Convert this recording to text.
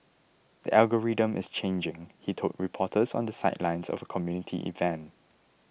the algorithm is changing he told reporters on the sidelines of a community event